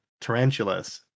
Tarantulas